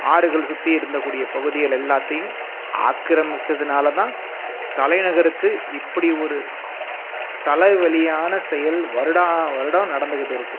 ஆறுகள் சுற்றி இருந்த கூடிய பகுதிகள் எல்லாத்தையும் ஆக்கிரமிச்சதுனால தான் தலைநகருக்கு இப்படி ஒரு தலைவலியான செயல் வருடாவருடம் நடந்துகிட்டிருக்கு